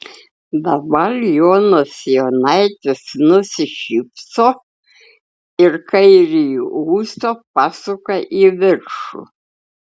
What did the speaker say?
dabar jonas jonaitis nusišypso ir kairįjį ūsą pasuka į viršų